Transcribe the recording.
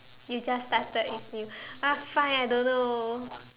you just started eating ah fine I don't know